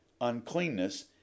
uncleanness